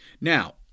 Now